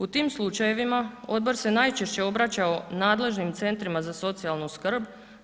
U tim slučajevima odbor se najčešće obraćao nadležnim centrima za socijalnu skrb.